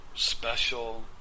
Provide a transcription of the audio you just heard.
special